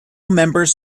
members